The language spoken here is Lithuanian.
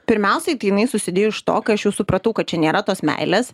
pirmiausiai tai jinai susidėjo iš to kai aš jau supratau kad čia nėra tos meilės